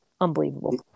unbelievable